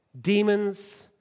demons